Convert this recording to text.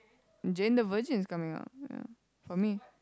Jane-the-Virgin is coming out ya for me